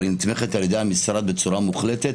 אבל היא נתמכת על ידי המשרד בצורה מוחלטת.